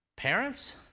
Parents